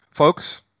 Folks